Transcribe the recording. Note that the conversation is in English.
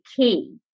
key